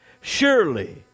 Surely